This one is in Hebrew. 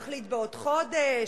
נחליט בעוד חודש,